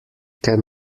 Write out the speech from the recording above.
can